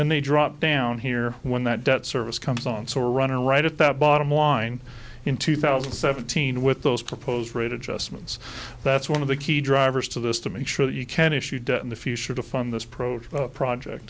then they drop down here when that debt service comes on so run right at the bottom line in two thousand and seventeen with those proposed rate adjustments that's one of the key drivers to this to make sure that you can issue debt in the future to fund this pro choice project